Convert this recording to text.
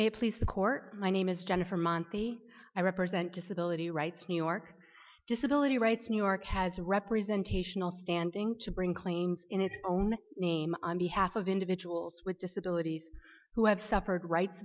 they please the court my name is jennifer monte i represent disability rights new york disability rights new york has representation all standing to bring claims in its own name on behalf of individuals with disabilities who have suffered rights